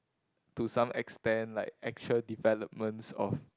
to some extent like actual developments of